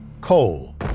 coal